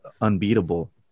unbeatable